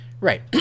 Right